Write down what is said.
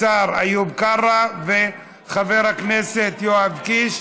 השר איוב קרא וחבר הכנסת יואב קיש,